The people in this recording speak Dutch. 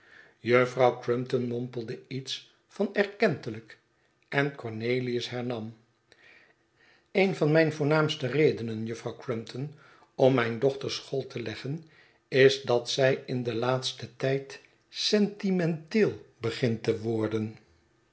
juffrouw crumpton mompelde iets van erkentelijk en cornelius hernam een van mijn voornaamste redenen juffrouw crumpton om mijn dochter school te leggen is dat zij in den laatsten tijd sentimenteel begint te worden